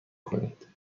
کنید